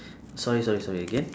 sorry sorry sorry again